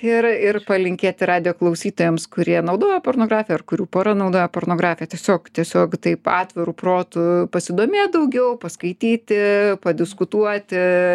ir ir palinkėti radijo klausytojams kurie naudoja pornografiją ar kurių pora naudoja pornografiją tiesiog tiesiog taip atviru protu pasidomėt daugiau paskaityti padiskutuoti